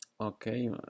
okay